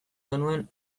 genuen